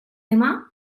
demà